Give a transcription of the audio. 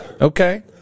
okay